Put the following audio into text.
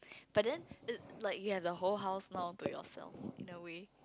but then err like you have the whole house now but yourself in a way